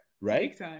right